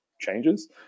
changes